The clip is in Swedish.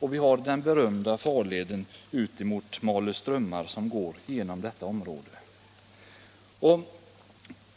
och den berömda farleden ut emot Malö strömmar går genom detta område.